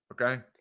okay